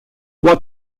what